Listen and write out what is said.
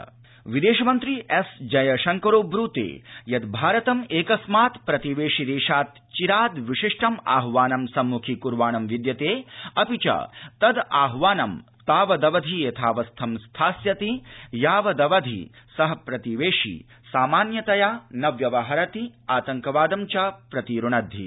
जयशंङ्कर विदेश मन्त्री एस्जय शङ्करो ब्रूते यद् भारतम् एकस्मात् प्रतिवेशि देशात् चिराद् विशिष्टमाहवानं संमुखीकुर्वाणं विद्यते अपि च तद् आहवानं तावदवधि यथावस्थं स्थास्यति यावदवधि स प्रतिवेशी सामान्यतया न व्यवहरित आतंकवादं च प्रतिरुणद्वि